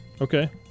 Okay